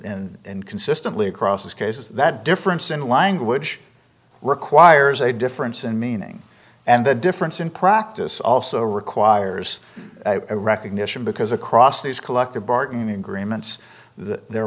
been consistently across this case is that difference in language requires a difference in meaning and the difference in practice also requires recognition because across these collective bargaining agreements there